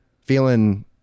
Feeling